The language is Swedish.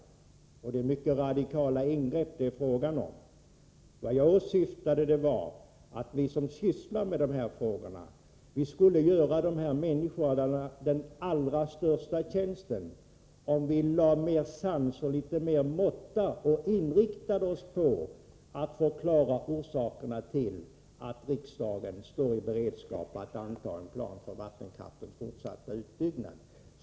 Det handlar om mycket radikala ingrepp. Vad jag åsyftade var att vi som sysslar med dessa frågor skulle göra de här människorna den allra största tjänsten, om vi framförde förslagen med litet mer sans och måtta och inriktade oss på att förklara orsakerna till att riksdagen står i beredskap att anta en plan för vattenkraftens fortsatta utbyggnad.